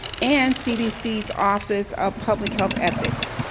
and cdc's office of public health ethics.